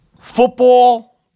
Football